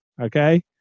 Okay